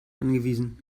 angewiesen